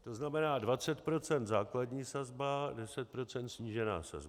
To znamená 20 % základní sazba, 10 % snížená sazba.